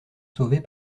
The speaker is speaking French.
sauvés